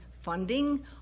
funding